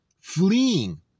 fleeing